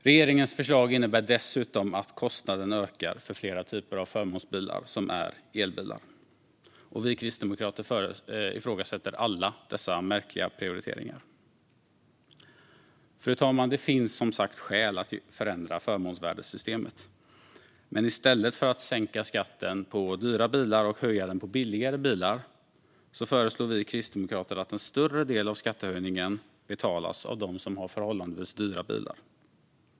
Regeringens förslag innebär dessutom att kostnaden ökar för flera typer av förmånsbilar som är elbilar. Vi kristdemokrater ifrågasätter alla dessa märkliga prioriteringar. Fru talman! Det finns som sagt skäl att förändra förmånsvärdessystemet. Men i stället för att sänka skatten på dyra bilar och höja den på billigare bilar föreslår vi kristdemokrater att en större del av skattehöjningen betalas av dem som har förhållandevis dyra bilar.